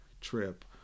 trip